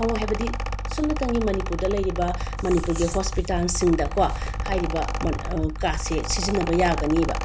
ꯐꯪꯉꯣꯏ ꯍꯥꯏꯕꯗꯤ ꯁꯨꯝꯅꯇꯪꯒꯤ ꯃꯅꯤꯄꯨꯔꯗ ꯂꯩꯔꯤꯕ ꯃꯅꯤꯄꯨꯔꯒꯤ ꯍꯣꯁꯄꯤꯇꯥꯜꯁꯤꯡꯗ ꯀꯣ ꯍꯥꯏꯔꯤꯕ ꯀꯥꯔꯠꯁꯦ ꯁꯤꯖꯤꯟꯅꯕ ꯌꯥꯒꯅꯤꯕ